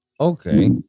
Okay